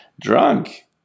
drunk